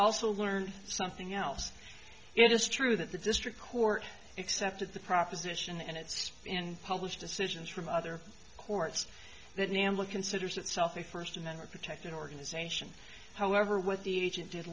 also learned something else it is true that the district court accepted the proposition and it's in published decisions from other courts that nambla considers itself a first amendment protected organization however what the agent did